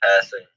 passing